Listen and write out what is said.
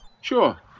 Sure